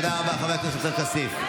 חבורה של גזענים,